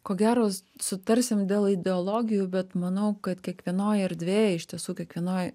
ko gero sutarsim dėl ideologijų bet manau kad kiekvienoj erdvėj iš tiesų kiekvienoj